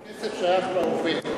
הכסף שייך לעובד.